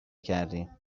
کردیم